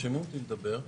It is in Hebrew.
תרשמו אותי לדבר.